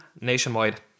Nationwide